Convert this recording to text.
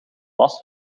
last